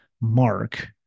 mark